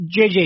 JJ